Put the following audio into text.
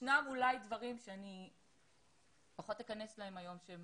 ישנם אולי דברים שאני פחות אכנס אליהם היום שהם